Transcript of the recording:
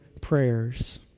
prayers